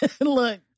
Look